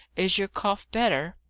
is your cough better!